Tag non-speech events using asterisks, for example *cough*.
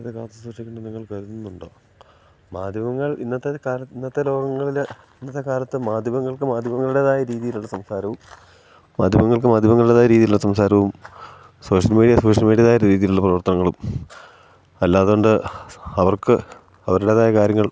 *unintelligible* കാത്തു സൂക്ഷിക്കേണ്ടത് നിങ്ങൾ കരുതുന്നുണ്ടോ മാധ്യമങ്ങൾ ഇന്നത്തെ കാലത്ത് ഇന്നത്തെ ലോകങ്ങളിൽ ഇന്നത്തെ കാലത്ത് മാധ്യമങ്ങൾക്ക് മാധ്യമങ്ങളുടേതായ രീതിയിലുള്ള സംസാരവും മാധ്യമങ്ങൾക്ക് മാധ്യമങ്ങളുടേതായ രീതിയിലുള്ള സംസാരവും സോഷ്യൽ മീഡിയ സോഷ്യൽ മീഡിയയുടേതായ രീതിയിലുള്ള പ്രവർത്തങ്ങളും അല്ലാതെ കണ്ട് അവർക്ക് അവരുടേതായ കാര്യങ്ങൾ